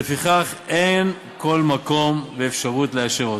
ולפיכך אין כל מקום ואפשרות לאשר אותו.